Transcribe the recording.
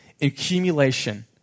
accumulation